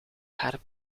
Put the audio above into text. haar